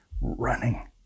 running